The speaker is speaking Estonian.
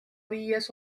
viies